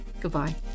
Goodbye